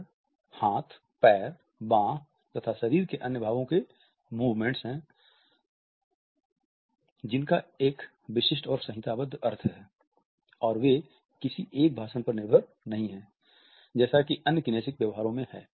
यह हाथ पैर बाँह तथा शरीर के अन्य भागों के मूवमेंट्स हैं जिनका एक विशिष्ट और संहिताबद्ध अर्थ है और वे किसी एक भाषण पर निर्भर नहीं हैं जैसा कि अन्य किनेसिक व्यवहारों में हैं